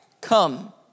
Come